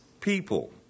people